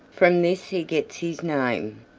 from this he gets his name.